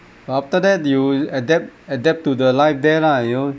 but after that you adapt adapt to the life there lah you know